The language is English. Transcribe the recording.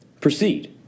Proceed